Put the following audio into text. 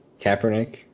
Kaepernick